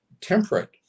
temperate